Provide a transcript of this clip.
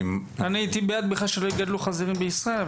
אני בכלל הייתי בעד שלא יגדלו חזירים בישראל,